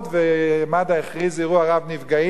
ומד"א הכריז "אירוע רב-נפגעים".